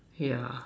yeah